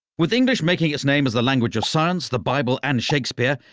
with english making its name as the language of science, the bible and shakespeare,